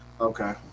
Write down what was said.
Okay